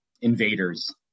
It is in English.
invaders